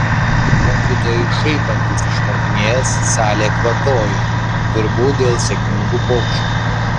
mokytojui šaipantis iš mokinės salė kvatoja turbūt dėl sėkmingų pokštų